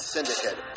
Syndicate